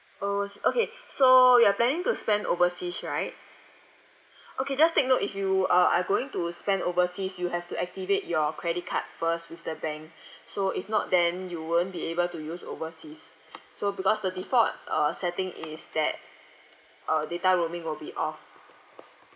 overs~ okay so you are planning to spend overseas right okay just take note if you uh are going to spend overseas you have to activate your credit card first with the bank so if not then you won't be able to use overseas so because the default uh setting is that uh data roaming will be off